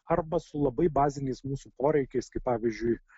arba su labai baziniais mūsų poreikiais kaip pavyzdžiui